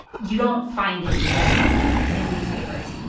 you don't find it very often in newspapers.